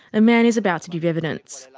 a man is about to give evidence.